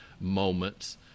moments